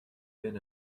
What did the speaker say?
been